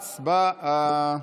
הצבעה.